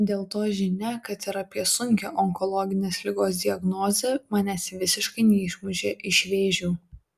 dėl to žinia kad ir apie sunkią onkologinės ligos diagnozę manęs visiškai neišmušė iš vėžių